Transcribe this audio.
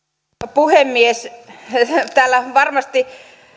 puhemies varmasti